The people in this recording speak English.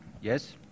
Yes